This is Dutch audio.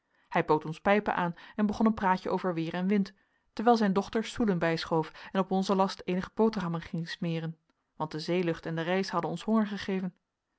hij bood ons pijpen aan en begon een praatje over weer en wind terwijl zijn dochter stoelen bijschoof en op onzen last eenige boterhammen ging smeren want de zeelucht en de reis hadden ons